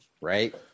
right